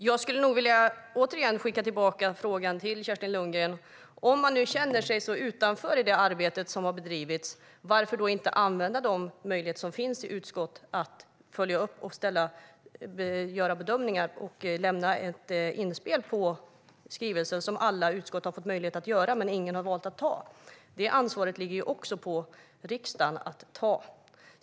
Fru talman! Jag skulle nog vilja skicka tillbaka frågan till Kerstin Lundgren. Om man nu känner sig så utanför i det arbete som har bedrivits, varför då inte använda de möjligheter som finns i utskottet att göra bedömningar och inspel när det gäller skrivelsen? Den möjligheten har alla utskott haft, men inget har valt att utnyttja den. Det ansvaret ligger ju också på riksdagen.